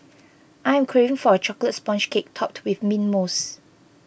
I am craving for a Chocolate Sponge Cake Topped with Mint Mousse